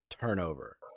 turnover